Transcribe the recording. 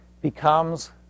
becomes